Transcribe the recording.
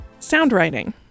Soundwriting